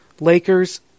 Lakers